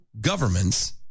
governments